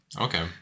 Okay